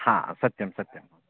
हा सत्यं सत्यं